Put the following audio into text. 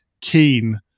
keen